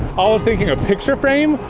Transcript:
um was thinking a picture frame,